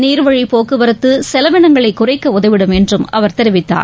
நீர்வழிப்போக்குவரத்துசெலவினங்களைகுறைக்கஉதவிடும் என்றும் அவர் தெரிவித்தார்